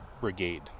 Brigade